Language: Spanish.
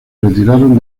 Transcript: retiraron